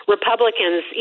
Republicans